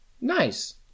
Nice